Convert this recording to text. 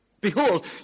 Behold